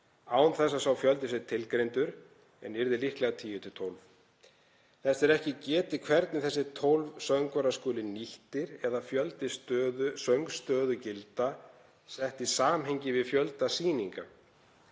án þess að sá fjöldi sé tilgreindur en yrði líklega 10–12. Þess er ekki getið hvernig þessir 12 söngvarar skuli nýttir eða fjöldi söngstöðugilda settur í samhengi við fjölda sýninga.